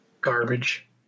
garbage